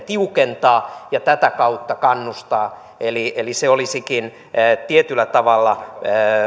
tiukentaa ja tätä kautta kannustaa eli eli se olisikin tietyllä tavalla